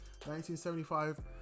1975